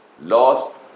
lost